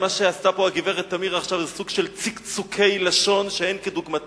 מה שעשתה פה הגברת תמיר עכשיו זה סוג של צקצוקי לשון שאין כדוגמתם.